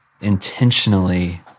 intentionally